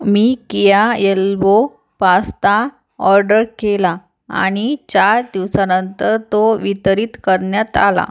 मी कीया elbow pasta order केला आणि चार दिवसानंतर तो वितरित करण्यात आला